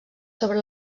sobre